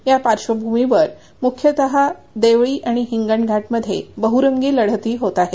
या पार्श्वभूमीवर मुख्यतः देवळी आणि हिंगणघाटमध्ये बहुरंगी लढती होत आहेत